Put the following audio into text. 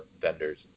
vendors